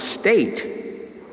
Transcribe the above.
state